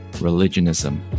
religionism